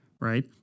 right